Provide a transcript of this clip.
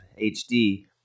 HD